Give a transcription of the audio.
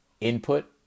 Input